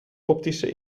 optische